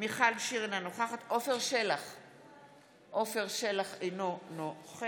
מיכל שיר סגמן, אינה נוכחת